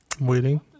Waiting